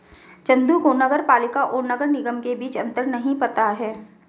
चंदू को नगर पालिका और नगर निगम के बीच अंतर नहीं पता है